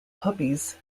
puppies